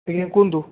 ଆଜ୍ଞା କୁହନ୍ତୁ